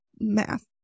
math